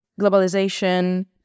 globalization